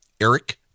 ERIC